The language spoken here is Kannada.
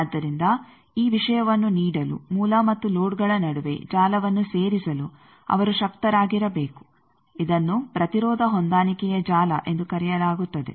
ಆದ್ದರಿಂದ ಈ ವಿಷಯವನ್ನು ನೀಡಲು ಮೂಲ ಮತ್ತು ಲೋಡ್ಗಳ ನಡುವೆ ಜಾಲವನ್ನು ಸೇರಿಸಲು ಅವರು ಶಕ್ತರಾಗಿರಬೇಕು ಇದನ್ನು ಪ್ರತಿರೋಧ ಹೊಂದಾಣಿಕೆಯ ಜಾಲ ಎಂದು ಕರೆಯಲಾಗುತ್ತದೆ